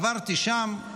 עברתי שם,